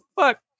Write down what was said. fuck